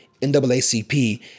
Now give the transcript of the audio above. NAACP